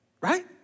right